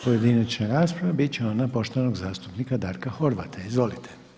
pojedinačna rasprava, biti će ona poštovanog zastupnika Darka Horvata, izvolite.